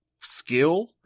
skill